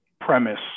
premise